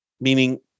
meaning